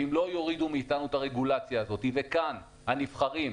ואם לא יורידו מאיתנו את הרגולציה הזאת וכאן הנבחרים,